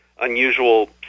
unusual